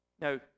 Now